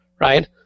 right